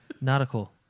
Nautical